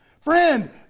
Friend